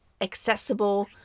accessible